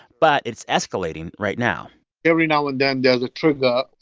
but it's escalating right now every now and then, there's a trigger.